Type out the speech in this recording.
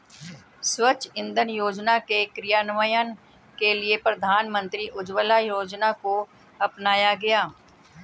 स्वच्छ इंधन योजना के क्रियान्वयन के लिए प्रधानमंत्री उज्ज्वला योजना को अपनाया गया